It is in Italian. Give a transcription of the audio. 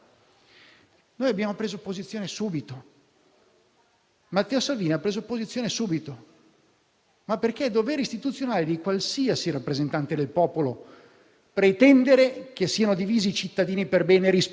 Le chiedo anche di precisare il suo pensiero, perché nel Resoconto stenografico, che è stato pubblicato nella pagina Internet del Senato, viene riportato che lei avrebbe detto, poco fa - a me è sfuggito, ma le chiedo di precisarlo